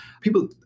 people